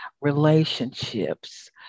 relationships